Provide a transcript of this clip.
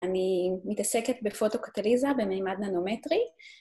אני מתעסקת בפוטו-קטליזה במימד ננומטרי.